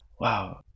wow